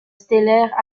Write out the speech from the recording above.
stellaire